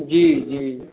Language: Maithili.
जी जी